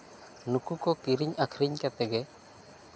ᱱᱩᱠᱩ ᱠᱚ ᱠᱤᱨᱤᱧ ᱟᱠᱷᱨᱤᱧ ᱠᱟᱛᱮᱜᱮ